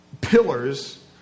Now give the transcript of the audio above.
pillars